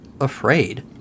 afraid